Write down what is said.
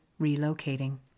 relocating